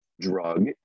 drug